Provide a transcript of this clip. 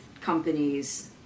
companies